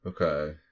Okay